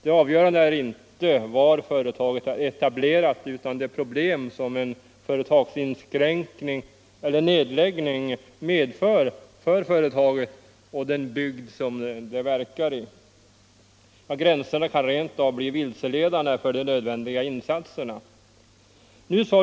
Det avgörande är inte var företaget är etablerat utan de problem som en företagsinskränkning eller nedläggning medför för företaget och den bygd som det verkar i. Gränserna kan rentav bli vilseledande för de nödvändiga insatserna.